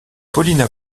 paulina